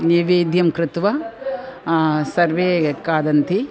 नैवेद्यं कृत्वा सर्वे खादन्ति